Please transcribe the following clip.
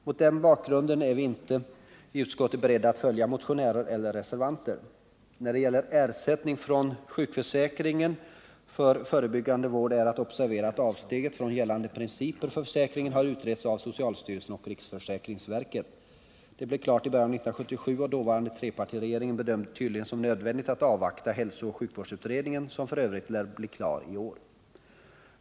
Mot den bakgrunden är vi inte i utskottsmajoriteten beredda att följa motionärer eller reservanter. När det gäller ersättning från sjukförsäkringen för förebyggande vård är att observera att avsteget från gällande principer för försäkringen har utretts av socialstyrelsen och riksförsäkringsverket. Det arbetet blev klart i början av 1977, och den dåvarande trepartiregeringen bedömde det tydligen som nödvändigt att avvakta hälsooch sjukvårdsutredningen, som f. ö. lär bli klar iår.